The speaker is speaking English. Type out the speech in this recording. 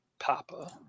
Papa